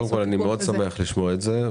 אני מאוד שמח לשמוע את זה.